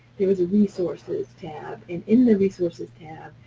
there is a resources tab, and in the resources tab,